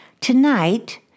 Tonight